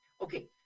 Okay